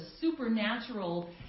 supernatural